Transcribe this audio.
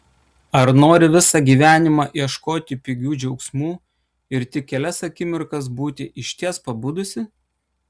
ar nori visą gyvenimą ieškoti pigių džiaugsmų ir tik kelias akimirkas būti išties pabudusi